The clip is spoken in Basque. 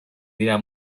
dira